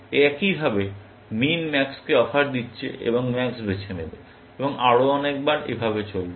একইভাবে min max কে offer দিচ্ছে এবং ম্যাক্স বেছে নেবে এবং আরও অনেক বার এভাবে চলবে